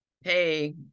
Hey